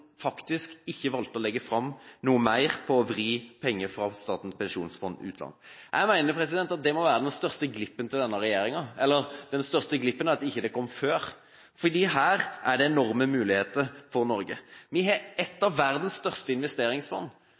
ikke valgte å legge fram noe mer med tanke på å vri penger fra Statens pensjonsfond utland. Jeg mener at det må være den største glippen til denne regjeringen – eller: Den største glippen er at det ikke kom før, for her er det enorme muligheter for Norge. Vi har et av verdens største investeringsfond.